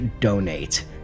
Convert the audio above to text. donate